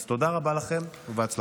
אז תודה רבה לכם ובהצלחה.